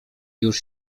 już